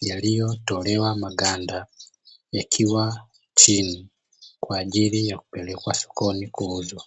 yaliyotolewa maganda yakiwa chini, kwa ajili ya kupelekwa sokoni kuuzwa.